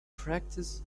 practice